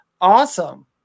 Awesome